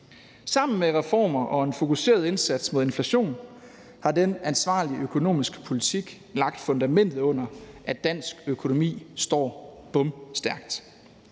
Sammen med reformer og en fokuseret indsats mod inflation har den ansvarlige økonomiske politik lagt fundamentet under, at dansk økonomi står bomstærkt.